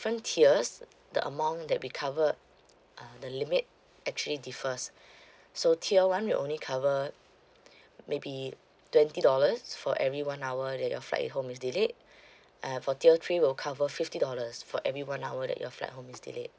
~ferent tiers the amount that we cover uh the limit actually differs so tier one we only cover maybe twenty dollars for every one hour that your flight home is delayed uh for tier three we'll cover fifty dollars for every one hour that your flight home is delayed